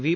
V